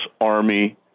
Army